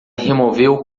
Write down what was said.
removeu